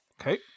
Okay